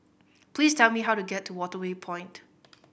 please tell me how to get to Waterway Point